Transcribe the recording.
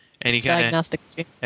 Diagnostic